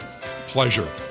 pleasure